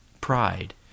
pride